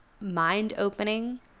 mind-opening